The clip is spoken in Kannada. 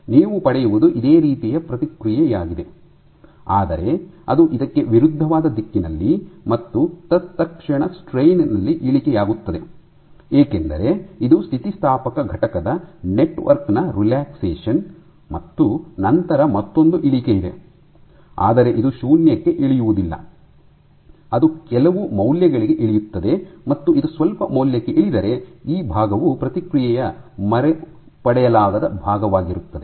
ನೀವು ಪಡೆಯುವುದು ಇದೇ ರೀತಿಯ ಪ್ರತಿಕ್ರಿಯೆಯಾಗಿದೆ ಆದರೆ ಅದು ಇದಕ್ಕೆ ವಿರುದ್ಧವಾದ ದಿಕ್ಕಿನಲ್ಲಿ ಮತ್ತೆ ತತ್ಕ್ಷಣ ಸ್ಟ್ರೈನ್ ನಲ್ಲಿ ಇಳಿಕೆಯಾಗುತ್ತದೆ ಏಕೆಂದರೆ ಇದು ಸ್ಥಿತಿಸ್ಥಾಪಕ ಘಟಕದ ನೆಟ್ವರ್ಕ್ ನ ರೇಲಾಕ್ಸ್ಯಾಷನ್ ಮತ್ತು ನಂತರ ಮತ್ತೊಂದು ಇಳಿಕೆ ಇದೆ ಆದರೆ ಇದು ಶೂನ್ಯಕ್ಕೆ ಇಳಿಯುವುದಿಲ್ಲ ಅದು ಕೆಲವು ಮೌಲ್ಯಗಳಿಗೆ ಇಳಿಯುತ್ತದೆ ಮತ್ತು ಇದು ಸ್ವಲ್ಪ ಮೌಲ್ಯಕ್ಕೆ ಇಳಿದರೆ ಈ ಭಾಗವು ಪ್ರತಿಕ್ರಿಯೆಯ ಮರುಪಡೆಯಲಾಗದ ಭಾಗವಾಗಿರುತ್ತದೆ